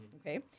Okay